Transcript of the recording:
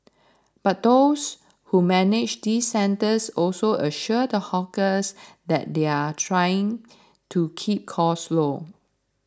but those who manage these centres also assure the hawkers that they are trying to keep costs low